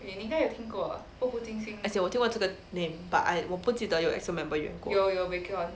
as in 我听过这个 name but I 我不记得有 E_X_O member 演过